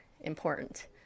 important